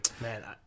Man